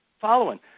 following